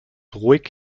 ruhig